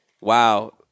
wow